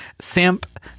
simp